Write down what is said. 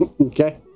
Okay